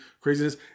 craziness